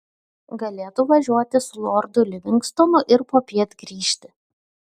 galėtų važiuoti su lordu livingstonu ir popiet grįžti